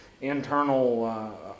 internal